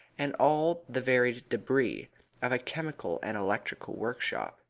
and all the varied debris of a chemical and electrical workshop.